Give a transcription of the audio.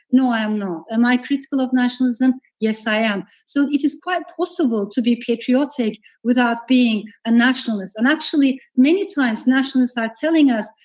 no, i'm not. am i critical of nationalism? yes, i am. so it is quite possible to be patriotic without being a nationalist. and actually, many times nationalists are telling us,